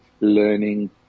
learning